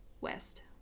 west